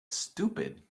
stupid